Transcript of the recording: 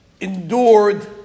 endured